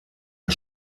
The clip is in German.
der